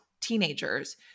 teenagers